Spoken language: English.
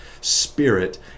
spirit